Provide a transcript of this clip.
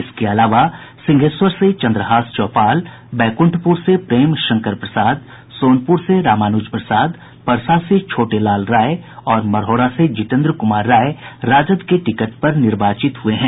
इसके अलावा सिंघेश्वर से चन्द्रहास चौपाल बैकुंठपुर से प्रेम शंकर प्रसाद सोनपुर से रामानुज प्रसाद परसा से छोटे लाल राय और मढ़ौरा से जितेन्द्र कुमार राय राजद के टिकट पर निर्वाचित हुए हैं